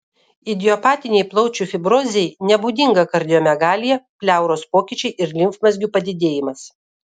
idiopatinei plaučių fibrozei nebūdinga kardiomegalija pleuros pokyčiai ir limfmazgių padidėjimas